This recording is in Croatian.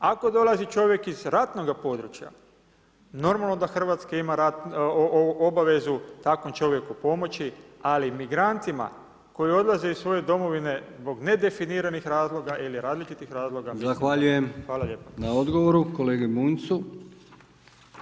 Ako dolazi čovjek iz ratnoga područja, normalno da RH ima obvezu takvom čovjeku pomoći, ali migrantima koji odlaze iz svoje domovine zbog nedefiniranih razloga ili različitih razloga [[Upadica: Zahvaljujem na odgovoru kolegi Bunjcu]] Hvala lijepa.